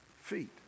feet